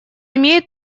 имеет